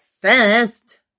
first